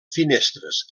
finestres